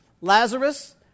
Lazarus